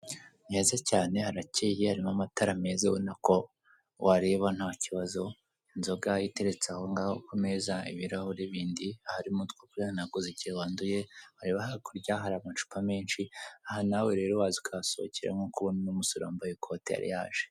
Ni heza cyane harakeye harimo amatara meza urabona ko wareba ntakibazo. Inzoga iteretse ahongaho ku meza, ibirahure bindi, harimo ibyo kunywa nka wisiki, ndetse wanduye, wareba hakurya hari amacupa menshi, aha nawe rero waza ukahasohokera, nk'uko ubona uno musore wambaye ikote yari yaje.